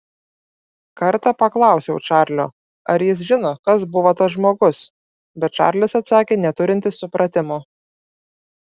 kartą paklausiau čarlio ar jis žino kas buvo tas žmogus bet čarlis atsakė neturintis supratimo